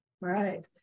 Right